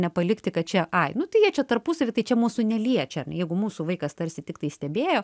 nepalikti kad čia ai nu tai jie čia tarpusavy tai čia mūsų neliečia jeigu mūsų vaikas tarsi tiktai stebėjo